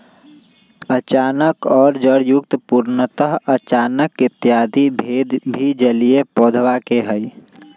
अचानक और जड़युक्त, पूर्णतः अचानक इत्यादि भेद भी जलीय पौधवा के हई